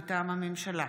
מטעם הממשלה: